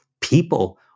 people